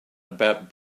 about